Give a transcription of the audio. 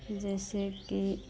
जैसे कि